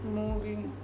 moving